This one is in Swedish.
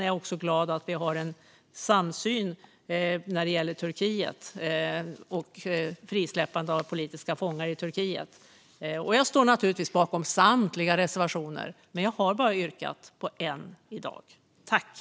Jag är också glad att vi har samsyn när det gäller Turkiet och frisläppande av politiska fångar där. Jag står naturligtvis bakom samtliga våra reservationer, men jag har bara yrkat bifall till en i dag.